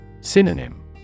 Synonym